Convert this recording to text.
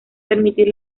permitir